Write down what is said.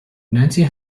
nancy